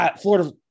Florida –